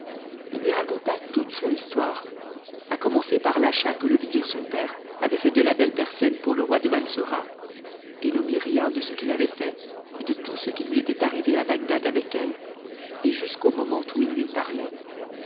h lui raconta toute son histoire à com eucer par l'achat que le vizir son père avait fait de la belle persienne e roi de balsora et n'omit rien de ce qu'il avait fait et de tout ce qnnu était arrivé à bagdad avec elle et jusqu'au moment où il lui parlait